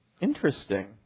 interesting